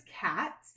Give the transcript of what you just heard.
cat